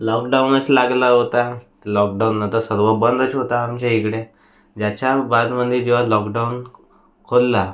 लॉकडाऊनच लागला होता लॉकडाऊननं तर सर्व बंदच होता आमच्या इकडे ज्याच्या बादमधे जेव्हा लॉकडाऊन खोलला